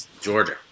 Georgia